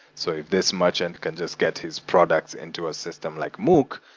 so if this merchant can just get his products into a system like mookh,